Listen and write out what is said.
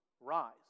rise